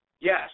Yes